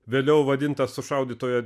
vėliau vadintas sušaudytų